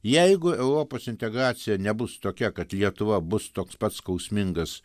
jeigu europos integracija nebus tokia kad lietuva bus toks pat skausmingas